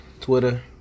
Twitter